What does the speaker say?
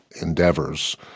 endeavors